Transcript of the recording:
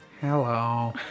Hello